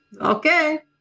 Okay